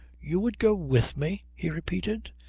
you would go with me? he repeated.